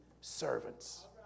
servants